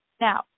Now